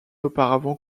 auparavant